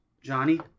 Johnny